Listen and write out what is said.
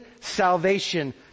salvation